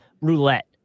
roulette